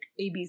abc